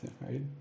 right